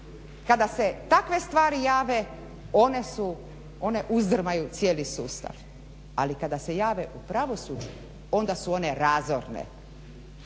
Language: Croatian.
kada se takve stvari jave one uzdrmaju cijeli sustav ali kada se jave u pravosuđu onda su one razorne.